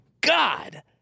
god